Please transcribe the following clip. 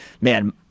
man